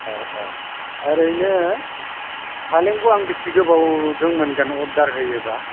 औ औ ओरैनो फालेंखौ आं बेसे गोबावजों मोनगोन अरदार होयोब्ला